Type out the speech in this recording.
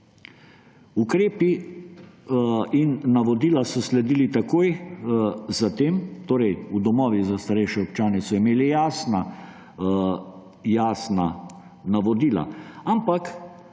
Ukrepi in navodila so sledili takoj za tem. V domovih za starejše občane so imeli jasna navodila. Ampak